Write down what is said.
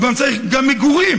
אז הוא צריך גם מגורים,